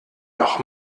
noch